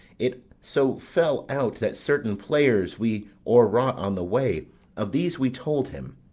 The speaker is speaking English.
it so fell out that certain players we o'er-raught on the way of these we told him,